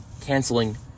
canceling